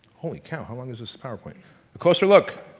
holy cow one is a sparkling closer look